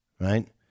right